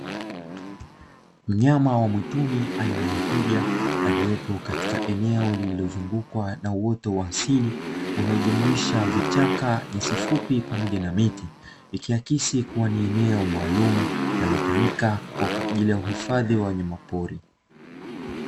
Mnyama wa mwituni aina ya twiga aliopo katika eneo lililozungukwa na uwoto wa asili, unaojumuisha vichaka, nyasi fupi pamoja na miti ikiakisi kuwa ni eneo maalumu linalotumika kwa ajili ya uhifadhi wa wanyama pori.